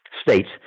states